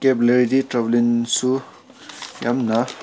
ꯀꯦꯞ ꯂꯩꯔꯗꯤ ꯇ꯭ꯔꯥꯕꯦꯂꯤꯡꯁꯨ ꯌꯥꯝꯅ